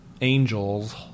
angels